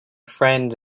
friend